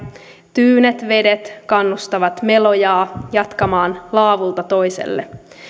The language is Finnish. tyynet vedet kannustavat melojaa jatkamaan laavulta toiselle